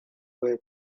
way